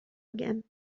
again